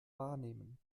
wahrnehmen